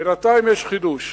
בינתיים יש חידוש,